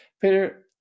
Peter